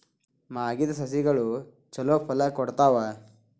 ಮಾಗಿದ್ ಸಸ್ಯಗಳು ಛಲೋ ಫಲ ಕೊಡ್ತಾವಾ?